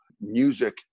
music